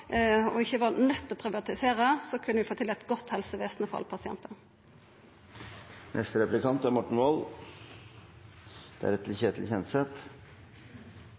og ikkje var nøydt til å privatisera, kunne vi fått til eit godt helsevesen for alle pasientar.